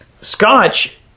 scotch